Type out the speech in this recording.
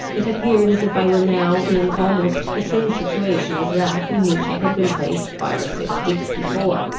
it appeared as if i were now in almost the same situation as that in which i had been placed five or six weeks before,